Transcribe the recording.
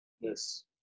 yes